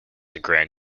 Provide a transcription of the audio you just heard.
grand